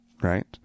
right